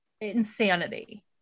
Insanity